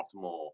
optimal